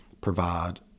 provide